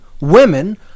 women